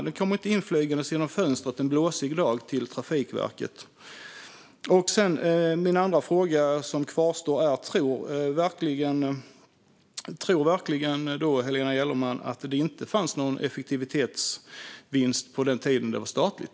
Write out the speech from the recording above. Den kommer inte inflygande till Trafikverket genom fönstret en blåsig dag. Min andra fråga är: Tror verkligen Helena Gellerman att det inte fanns någon effektivitetsvinst på den tid då detta var statligt?